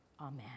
amen